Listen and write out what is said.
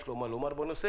יש לו מה לומר בנושא.